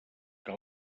que